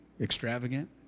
extravagant